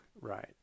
right